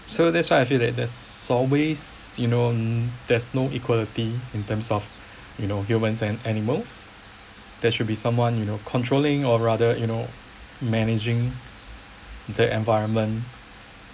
so that's why I feel that there's always you know there's no equality in terms of you know humans and animals there should be someone you know controlling or rather you know managing the environment